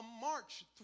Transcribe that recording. march